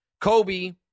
Kobe